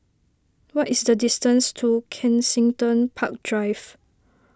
what is the distance to Kensington Park Drive